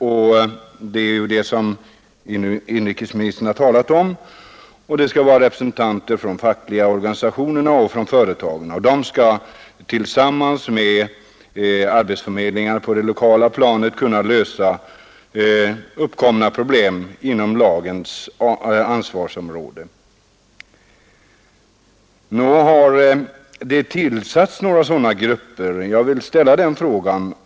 och det är detta som inrikesministern talat om. Det skall vara representanter från de fackliga organisationerna och från företagen. Och de skall tillsammans med arbetsförmedlingarna pa det lokala planet kunha lösa uppkomna problem inom lagens ansvarsomräde. Nå, har det tillsatts nägra sådana grupper? Jag vill ställa den fragan.